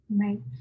Right